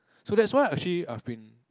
so that's why actually I've been